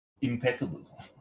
impeccable